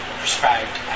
prescribed